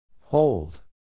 Hold